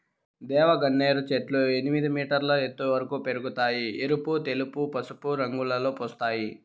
దేవగన్నేరు చెట్లు ఎనిమిది మీటర్ల ఎత్తు వరకు పెరగుతాయి, ఎరుపు, తెలుపు, పసుపు రంగులలో పూస్తాయి